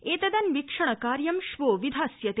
एतदन्वीक्षणकार्यं श्वो विधास्यते